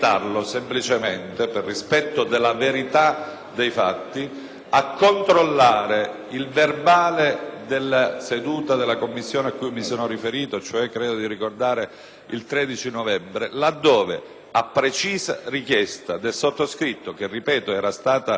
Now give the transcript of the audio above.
a controllare il verbale della seduta della Commissione a cui mi sono riferito (credo si tratti della seduta del 13 novembre 2008), laddove, a precisa richiesta del sottoscritto che, ripeto, era stata in precedenza formulata da altri colleghi, egli disse